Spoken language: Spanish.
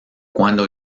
cuándo